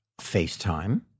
FaceTime